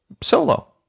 solo